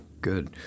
good